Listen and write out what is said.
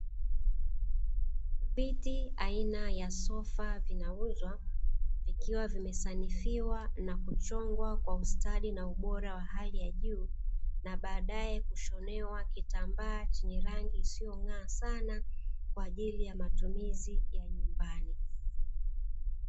Viti aina ya sofa vinauzwa vikiwa vimesanifiwa na kuchongwa kwa ustadi na ubora wa hali ya juu, na baadaye kushonewa kitambaa chenye rangi isiyong'aa sana kwa ajili ya matumizi ya nyumbani.